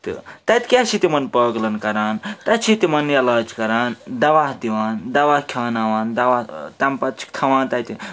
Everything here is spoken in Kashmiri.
تہٕ تَتہِ کیٛاہ چھِ تِمَن پاگلَن کَران تَتہِ چھِ تِمَن علاج کَران دَوا دِوان دَوا کھٮ۪وناوان دَوا تَمہِ پَتہٕ چھِکھ تھاوان تَتہِ